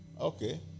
Okay